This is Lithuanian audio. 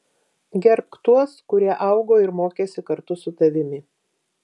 gerbk tuos kurie augo ir mokėsi kartu su tavimi